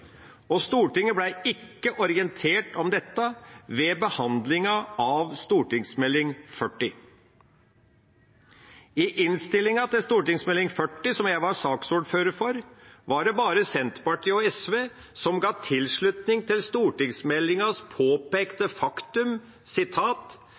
og Stortinget ble ikke orientert om dette ved behandlingen av Meld. St. 40 for 2016–2017. I innstillinga til Meld. St. 40 for 2016–2017, som jeg var saksordfører for, var det bare Senterpartiet og SV som ga tilslutning til stortingsmeldingas